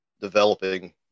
developing